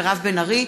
מירב בן ארי,